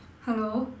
hello